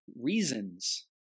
reasons